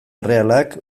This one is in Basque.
errealak